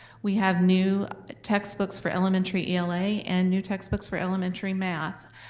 we have new textbooks for elementary ela and new textbooks for elementary math.